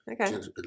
okay